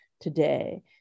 today